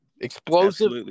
explosive